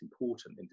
important